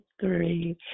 three